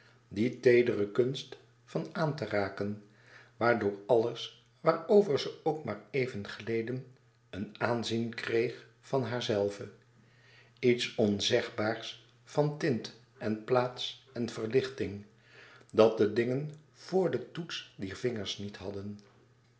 die teedere kunst van aan te raken waardoor alles waarover ze ook maar even gleden een aanzien kreeg van haarzelve iets onzegbaars van tint en plaats en verlichting dat de dingen vr den toets dier vingers niet hadden